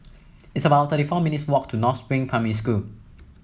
it's about thirty four minutes' walk to North Spring Primary School